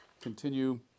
continue